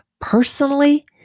Personally